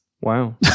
Wow